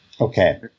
Okay